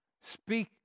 Speak